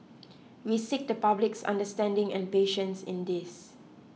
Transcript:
we seek the public's understanding and patience in this